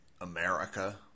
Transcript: America